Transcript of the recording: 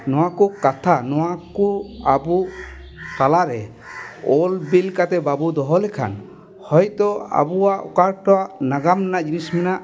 ᱱᱚᱣᱟ ᱠᱚ ᱠᱟᱛᱷᱟ ᱱᱚᱣᱟ ᱠᱚ ᱟᱵᱚ ᱛᱟᱞᱟᱨᱮ ᱚᱞᱵᱤᱞ ᱠᱟᱛᱮᱫ ᱵᱟᱵᱚ ᱫᱚᱦᱚ ᱞᱮᱠᱷᱟᱱ ᱦᱚᱭᱛᱳ ᱟᱵᱚᱣᱟᱜ ᱚᱠᱟᱴᱚᱣᱟᱜ ᱱᱟᱜᱟᱢ ᱨᱮᱱᱟᱜ ᱡᱤᱱᱤᱥ ᱢᱮᱱᱟᱜ